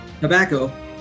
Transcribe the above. Tobacco